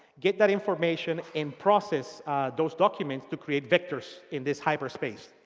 get that information, and process those documents to create vectors in this hyper space.